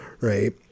right